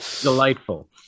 Delightful